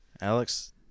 alex